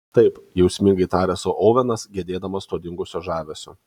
taip jausmingai tarė sau ovenas gedėdamas to dingusio žavesio